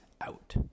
out